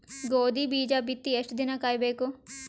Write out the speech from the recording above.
ಗೋಧಿ ಬೀಜ ಬಿತ್ತಿ ಎಷ್ಟು ದಿನ ಕಾಯಿಬೇಕು?